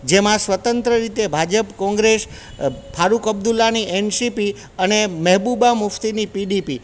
જેમાં સ્વતંત્ર રીતે ભાજપ કોંગ્રેસ ફારૂક અબ્દુલ્લાની એનસીપી અને મહેબુબા મુફ્તીની પીડીપી